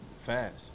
fast